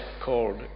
called